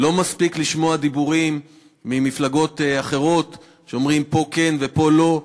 לא מספיק לשמוע דיבורים ממפלגות אחרות שאומרים: פה כן ופה לא.